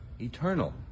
Eternal